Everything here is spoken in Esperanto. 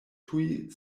tuj